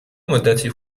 مدتی